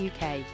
UK